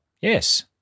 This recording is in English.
Yes